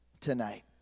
tonight